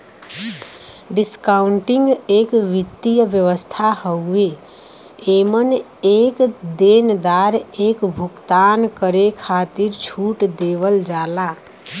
discounting एक वित्तीय व्यवस्था हउवे एमन एक देनदार एक भुगतान करे खातिर छूट देवल जाला